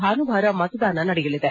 ಭಾನುವಾರ ಮತದಾನ ನಡೆಯಲಿದೆ